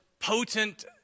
potent